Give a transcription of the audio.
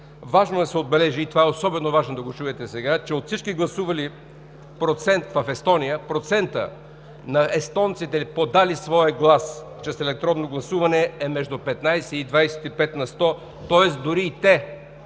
Важно е да се отбележи, и това е особено важно да го чуете сега, че от всички гласували в процент в Естония, процентът на естонците, подали своя глас чрез електронно гласуване, е между 15 и 25 на сто, тоест дори и те